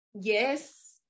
yes